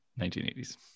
1980s